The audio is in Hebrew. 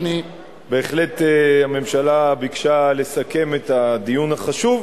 בהחלט הממשלה ביקשה לסכם את הדיון החשוב,